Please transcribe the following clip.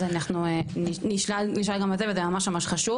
אז אנחנו נשאל גם את זה, וזה ממש ממש חשוב.